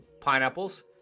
pineapples